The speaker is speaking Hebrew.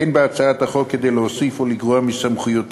אין בהצעת החוק כדי להוסיף או לגרוע מסמכויותיהם